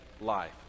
life